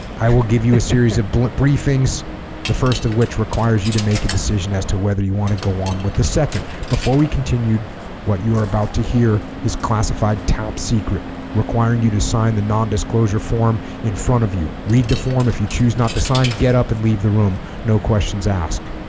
i will give you a series of but briefings the first of which requires you to make a decision as to whether you want to go on with the second before we continue what you are about to hear is classified top secret requiring you to sign the non-disclosure form in front of you read the form if you choose not to sign get up and leave the room no questions asked